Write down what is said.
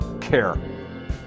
care